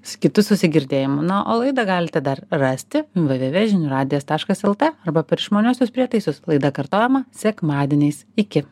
su kitu susigirdėjimu na o laidą galite dar rasti vė vė vė žinių radijas taškas el te arba per išmaniuosius prietaisus laida kartojama sekmadieniais iki